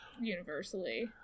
universally